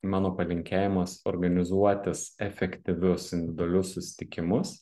mano palinkėjimas organizuotis efektyvius individualius susitikimus